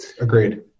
agreed